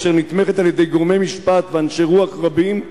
אשר נתמכת על-ידי גורמי משפט ואנשי רוח רבים,